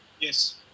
Yes